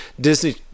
Disney